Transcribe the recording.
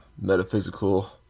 metaphysical